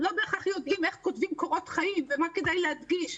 הם לא בהכרח יודעים איך כותבים קורות חיים ומה כדאי להדגיש.